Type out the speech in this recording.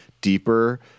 deeper